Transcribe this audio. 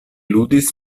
ludis